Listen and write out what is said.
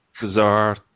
bizarre